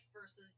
versus